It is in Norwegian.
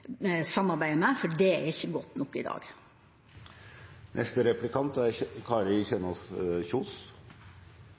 med, for det er ikke godt nok i